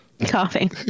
coughing